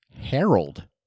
Harold